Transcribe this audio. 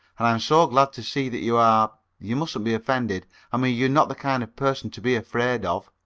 and i'm so glad to see that you are you mustn't be offended i mean you're not the kind of person to be afraid of